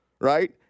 right